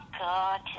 God